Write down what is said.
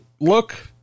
look